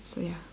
so ya